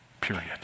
period